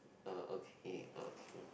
orh okay okay